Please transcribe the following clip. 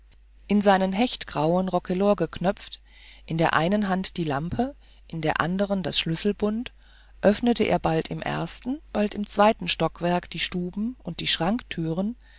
in seinen hechtgrauen rockelor eingeknöpft in der einen hand die lampe in der andern das schlüsselbund öffnete er bald im ersten bald im zweiten stockwerk die stuben und die schranktüren